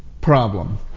problem